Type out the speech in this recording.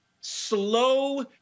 slow